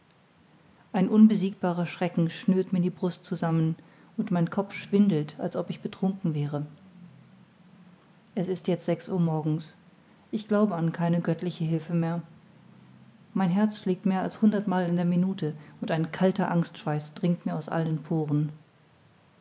ein unbesiegbarer schrecken schnürt mir die brust zusammen und mein kopf schwindelt als ob ich betrunken wäre es ist jetzt sechs uhr morgens ich glaube an keine göttliche hilfe mehr mein herz schlägt mehr als hundert mal in der minute und ein kalter angstschweiß dringt mir aus allen poren